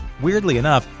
weirdly enough,